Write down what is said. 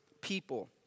people